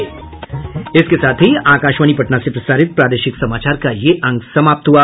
इसके साथ ही आकाशवाणी पटना से प्रसारित प्रादेशिक समाचार का ये अंक समाप्त हुआ